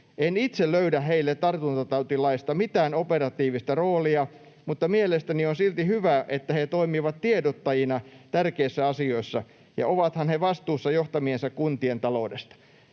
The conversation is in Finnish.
En itse löydä heille tartuntatautilaista mitään operatiivista roolia, mutta mielestäni on silti hyvä, että he toimivat tiedottajina tärkeissä asioissa. Ja ovathan he vastuussa johtamiensa kuntien taloudesta.”